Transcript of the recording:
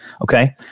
Okay